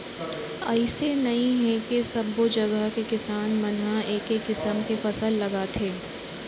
अइसे नइ हे के सब्बो जघा के किसान मन ह एके किसम के फसल लगाथे